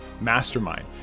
Mastermind